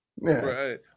Right